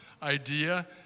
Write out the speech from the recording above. Idea